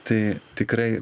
tai tikrai